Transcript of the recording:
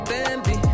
Bambi